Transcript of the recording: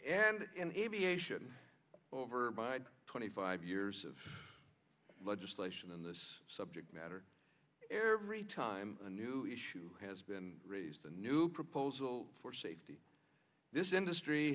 aviation over by twenty five years of legislation on this subject matter every time a new issue has been raised a new proposal for safety this industry